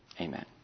amen